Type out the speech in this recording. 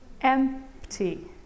Empty